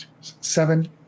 seven